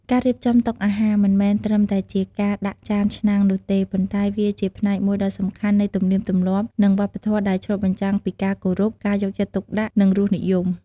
ការរៀបចំតុអាហារមិនមែនត្រឹមតែជាការដាក់ចានឆ្នាំងនោះទេ ប៉ុន្តែវាជាផ្នែកមួយដ៏សំខាន់នៃទំនៀមទម្លាប់ និងវប្បធម៌ដែលឆ្លុះបញ្ចាំងពីការគោរព ការយកចិត្តទុកដាក់ និងរសនិយម។